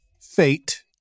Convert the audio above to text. fate